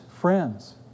friends